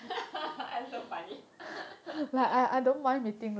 I'm so funny